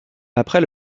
après